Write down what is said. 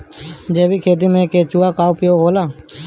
जैविक खेती मे केचुआ का उपयोग होला?